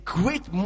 great